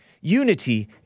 Unity